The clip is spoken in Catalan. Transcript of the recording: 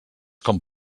com